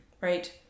right